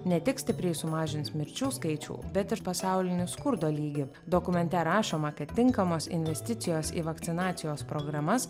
ne tik stipriai sumažins mirčių skaičių bet ir pasaulinį skurdo lygį dokumente rašoma kad tinkamos investicijos į vakcinacijos programas